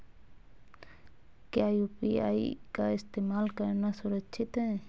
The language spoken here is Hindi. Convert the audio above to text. क्या यू.पी.आई का इस्तेमाल करना सुरक्षित है?